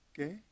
Okay